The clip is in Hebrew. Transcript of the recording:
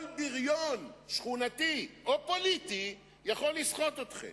כל בריון שכונתי או פוליטי יכול לסחוט אתכם.